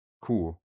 cool